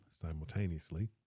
simultaneously